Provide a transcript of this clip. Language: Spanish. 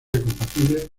compatible